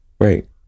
right